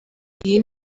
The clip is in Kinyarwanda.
iyi